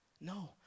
No